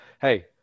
hey